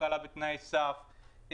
הקלה בתנאי סף,